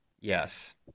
Yes